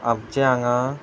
आमचे हांगा